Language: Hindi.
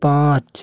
पाँच